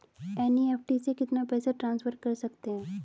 NEFT से कितना पैसा ट्रांसफर कर सकते हैं?